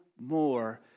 more